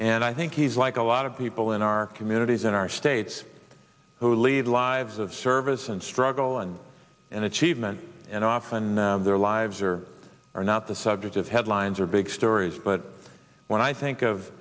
and i think he's like a lot of people in our communities in our states who lead lives of service and struggle and in achievement and often in their lives or are not the subject of headlines or big stories but when i think of